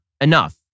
enough